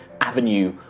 avenue